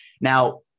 Now